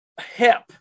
hip